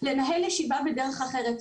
לנהל ישיבה בדרך אחרת.